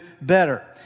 better